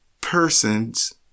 persons